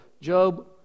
Job